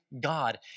God